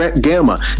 gamma